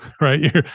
right